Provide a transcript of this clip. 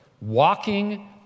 walking